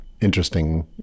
interesting